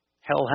Hell